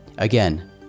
Again